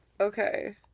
Okay